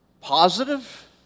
positive